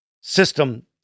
system